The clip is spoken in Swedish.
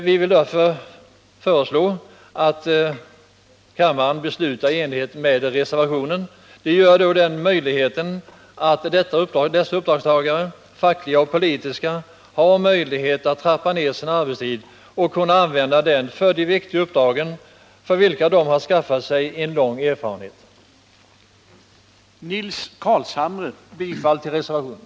Vi vill därför yrka att kammaren beslutar i enlighet med reservationen, vilket skulle ge dessa fackliga och politiska uppdragstagare möjlighet att trappa ned sin arbetstid och använda den för de viktiga uppdrag som de har skaffat sig en lång erfarenhet av. Herr talman! Jag yrkar bifall till reservationen.